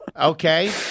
Okay